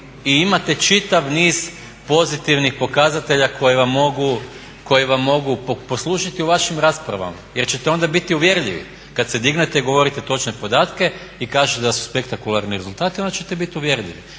i imate čitav niz pozitivnih pokazatelja koji vam mogu poslužiti u vašim raspravama jer ćete onda biti uvjerljivi kad se dignete i govorite točne podatke i kažete da su spektakularni rezultati onda ćete biti uvjerljivi.